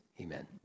amen